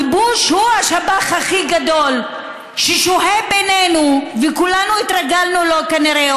הכיבוש הוא השב"ח הכי גדול ששוהה בינינו וכולנו התרגלנו אליו כנראה,